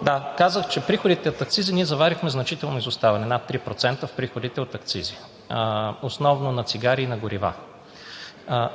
отнася до приходите от акцизите, ние влизайки, заварихме значително изоставане в приходите от акцизите – над 3%, основно на цигари и на горива.